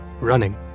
running